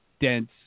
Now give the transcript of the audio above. dense